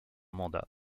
mandat